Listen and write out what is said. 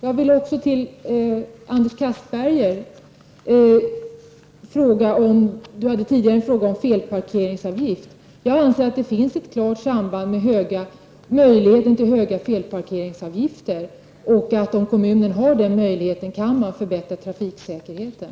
Herr talman! Anders Castberger ställde tidigare en fråga om felparkeringsavgifter. Jag anser att det finns ett klart samband mellan kommunens möjligheter att ta ut höga felparkeringsavgifter och dess möjligheter att förbättra trafiksäkerheten.